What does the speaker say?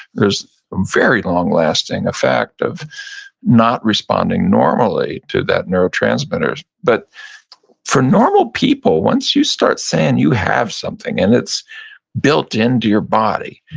there's a very long-lasting effect of not responding normally to that neurotransmitters but for normal people once you start saying you have something and it's built into your body,